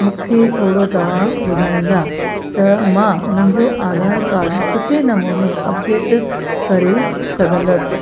मूंखे थोरो तव्हां ॿुधाईंदा त मां मुंहिंजो आधार कार्ड सुठे नमूने अपडेट करे सघंदसि